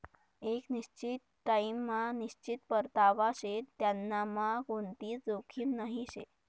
एक निश्चित टाइम मा निश्चित परतावा शे त्यांनामा कोणतीच जोखीम नही शे